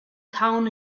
town